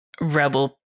rebel